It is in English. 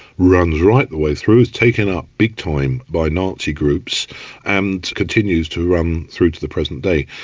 runs right the way through, taken up big time by nazi groups and continues to run through to the present day.